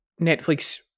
Netflix